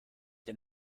der